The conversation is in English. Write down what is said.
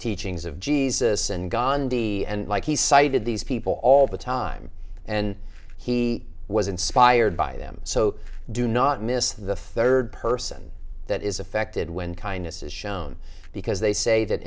teachings of jesus and gandhi and like he cited these people all the time and he was inspired by them so do not miss the third person that is affected when kindness is shown because they say that